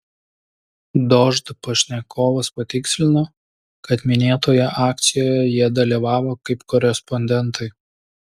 dožd pašnekovas patikslino kad minėtoje akcijoje jie dalyvavo kaip korespondentai